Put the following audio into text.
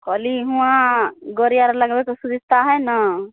कहली हुवां गड़ी आर लगबैके सुविस्ता है ने